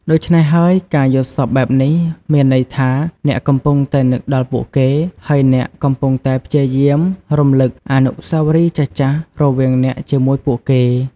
ដូច្នេះហើយ ការយល់សប្តិបែបនេះ មានន័យថា អ្នកកំពុងតែនឹកដល់ពួកគេ ហើយអ្នកកំពុងតែព្យាយាមរំលឹក អនុស្សាវរីយ៍ចាស់ៗ រវាងអ្នកជាមួយពួកគេ។